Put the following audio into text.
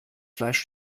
fleisch